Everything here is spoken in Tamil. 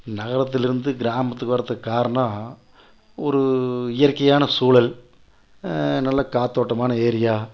நகரத்தில் இருந்து கிராமத்துக்கு வரத்துக்கு காரணம் ஒரு இயற்கையான சூழல் நல்ல காற்றோட்டமான ஏரியா